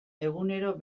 egunero